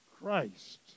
Christ